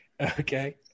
okay